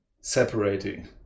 separating